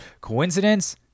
coincidence